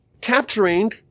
capturing